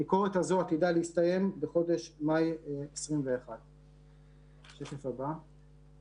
הביקורת הזאת עתידה להסתיים בחודש מאי 2021. לסיכום,